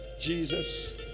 Jesus